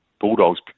Bulldogs